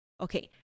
Okay